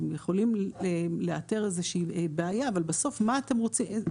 הם יכולים לאתר איזושהי בעיה אבל בסוף מה אתם רוצים,